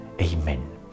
Amen